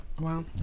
Wow